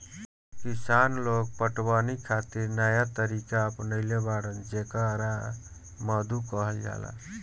किसान लोग पटवनी खातिर नया तरीका अपनइले बाड़न जेकरा मद्दु कहल जाला